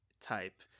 type